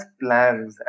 plans